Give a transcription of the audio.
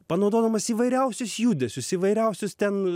panaudodamas įvairiausius judesius įvairiausius ten